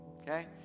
Okay